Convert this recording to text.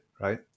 right